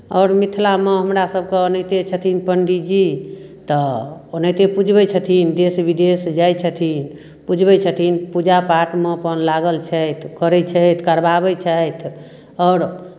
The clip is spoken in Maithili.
आओर मिथिलामे हमरासभके ओनाहिते छथिन पण्डीजी तऽ ओनाहिते पुजबैत छथिन देश विदेश जाइत छथिन पुजबैत छथिन पूजापाठमे अपन लागल छथि करैत छथि करवाबैत छथि आओर